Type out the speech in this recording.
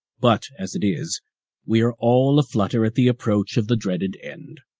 but as it is we are all aflutter at the approach of the dreaded end.